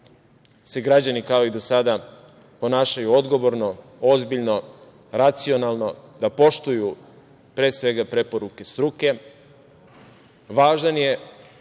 se građani kao i do sada ponašaju odgovorno, ozbiljno, racionalno, da poštuju pre svega preporuke struke.